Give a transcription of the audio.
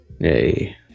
Yay